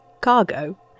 Cargo